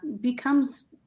becomes